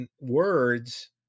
words